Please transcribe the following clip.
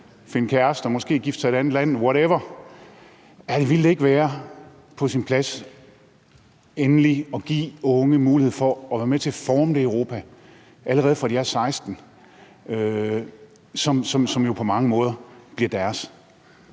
gifter sig måske også i et andet land, whatever. Ville det ikke være på sin plads endelig at give unge en mulighed for at være med til at forme det Europa, allerede fra de er 16 år, som jo på mange måde bliver deres?